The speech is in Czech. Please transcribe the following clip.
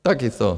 Tak je to.